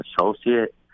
associate